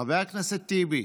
חבר הכנסת טיבי?